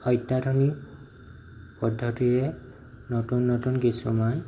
অত্যাধুনিক পদ্ধতিৰে নতুন নতুন কিছুমান